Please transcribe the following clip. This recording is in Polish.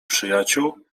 przyjaciół